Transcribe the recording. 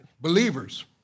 believers